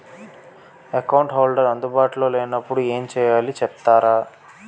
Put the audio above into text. Account holder అందు బాటులో లే నప్పుడు ఎం చేయాలి చెప్తారా?